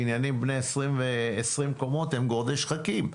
בניינים בני 20 קומות הם גורדי שחקים,